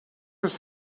was